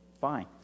fine